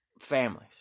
families